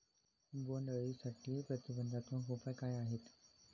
बोंडअळीसाठी प्रतिबंधात्मक उपाय काय आहेत?